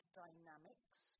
dynamics